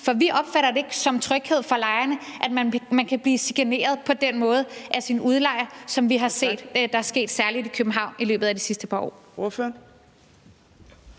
for vi opfatter det ikke som tryghed for lejerne, at man kan blive chikaneret af sin udlejer på den måde, som vi har set er sket særlig i København i løbet af de sidste par år.